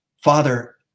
Father